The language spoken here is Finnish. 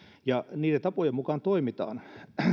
ja niiden tapojen mukaan toimitaan